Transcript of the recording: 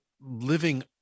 living